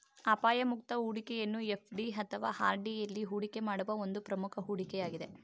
ಅಪಾಯ ಮುಕ್ತ ಹೂಡಿಕೆಯನ್ನು ಎಫ್.ಡಿ ಅಥವಾ ಆರ್.ಡಿ ಎಲ್ಲಿ ಹೂಡಿಕೆ ಮಾಡುವ ಒಂದು ಪ್ರಮುಖ ಹೂಡಿಕೆ ಯಾಗಿದೆ